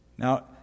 Now